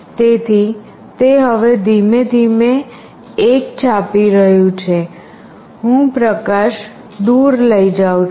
તેથી તે હવે ધીમે ધીમે 1 છાપી રહ્યું છે હું પ્રકાશ દૂર લઈ જાઉં છું